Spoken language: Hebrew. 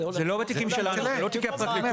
זה לא רק התיקים שלנו, של הפרקליטות.